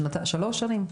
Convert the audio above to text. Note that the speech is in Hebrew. שלוש שנים?